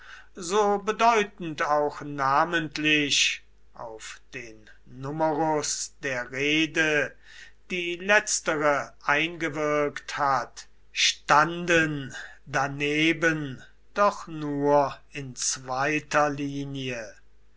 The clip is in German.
so bedeutend auch namentlich auf den numerus der rede die letztere eingewirkt hat standen daneben doch nur in zweiter linie